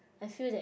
I feel that